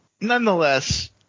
Nonetheless